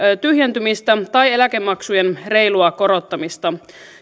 tyhjentymistä tai eläkemaksujen reilua korottamista